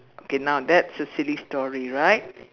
okay now that's a silly story right